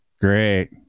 great